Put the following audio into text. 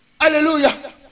Hallelujah